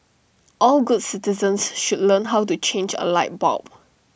all good citizens should learn how to change A light bulb